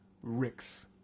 Rick's